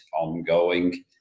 ongoing